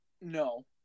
No